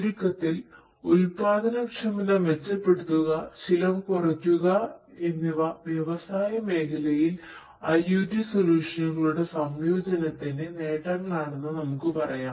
ചുരുക്കത്തിൽ ഉൽപ്പാദനക്ഷമത മെച്ചപ്പെടുത്തുക ചെലവ് കുറയ്ക്കുക എന്നിവ വ്യവസായ മേഖലയിൽ IOT സൊല്യൂഷനുകളുടെ സംയോജനത്തിന്റെ നേട്ടങ്ങളാണെന്ന് നമുക്ക് പറയാം